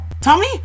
Tommy